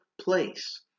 place